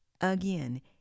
again